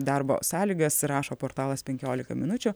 darbo sąlygas rašo portalas penkiolika minučių